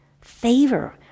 Favor